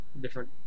different